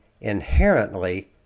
inherently